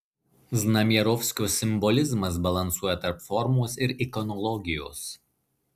znamierovskio simbolizmas balansuoja tarp formos ir ikonologijos